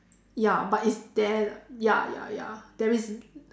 ya but it's there ya ya ya there is